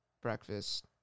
breakfast